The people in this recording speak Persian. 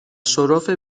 شرف